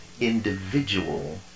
individual